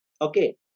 Okay